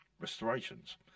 restorations